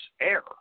air